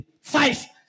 Five